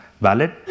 valid